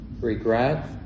Regret